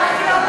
תמונות,